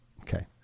Okay